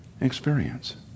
experience